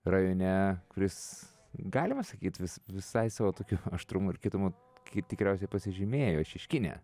rajone kuris galima sakyt vis visai savo tokiu aštrumu ir kietumu kaip tikriausiai pasižymėjo šeškinė